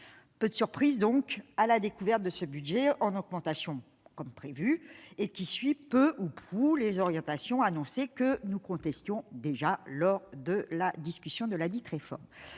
peu de surprises, donc à la découverte de ce budget en augmentation comme prévu et qui suit peu ou prou les orientations annoncées que nous contestions déjà lors de la discussion de la dite réforme